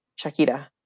Shakira